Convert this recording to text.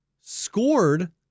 scored